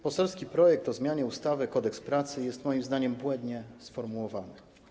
Poselski projekt o zmianie ustawy Kodeks pracy jest moim zdaniem błędnie sformułowany.